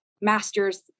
master's